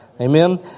Amen